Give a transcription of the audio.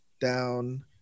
down